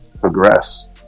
progress